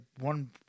one